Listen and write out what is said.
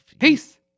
Peace